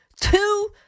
Two